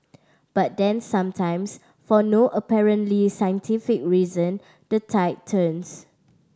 but then sometimes for no apparently scientific reason the tide turns